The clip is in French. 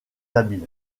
habile